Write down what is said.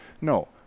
No